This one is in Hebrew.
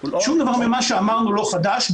שום דבר ממה שאמרנו לא חדש.